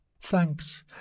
Thanks